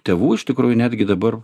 tėvų iš tikrųjų netgi dabar